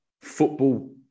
football